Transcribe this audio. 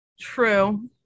true